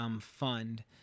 fund